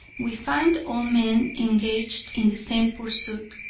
we find all men engaged in the same pursuit,